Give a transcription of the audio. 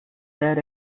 their